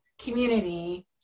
community